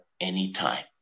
anytime